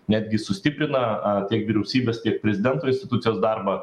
netgi sustiprina tiek vyriausybės tiek prezidento institucijos darbą